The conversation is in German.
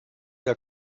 der